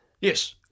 Yes